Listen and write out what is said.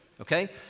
okay